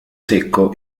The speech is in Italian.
secco